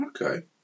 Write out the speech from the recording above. Okay